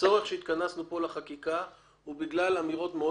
הצורך שהתכנסנו כאן לחקיקה הוא בגלל אמירות מאוד